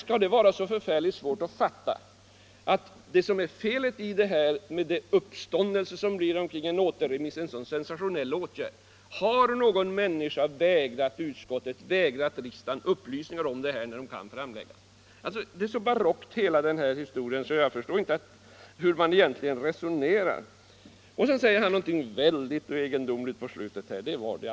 Skall det vara så förfärligt svårt att fatta vad som är felet med en återremiss och med den uppståndelse som blir kring en så sensationell åtgärd? Har någon människa vägrat utskottet och riksdagen upplysningar om detta, när de kan framläggas? Hela den här historien är så barock att jag inte förstår hur man egentligen resonerar. Så säger herr Johansson i Holmgården i slutet av sitt anförande något mycket egendomligt.